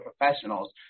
professionals